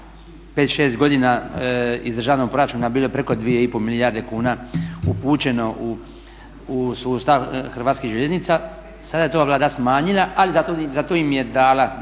5, 6 godini iz državnog proračuna bilo preko 2,5 milijarde kuna upućeno u sustav Hrvatskih željeznica. Sada je to ova Vlada smanjila ali zato im je dala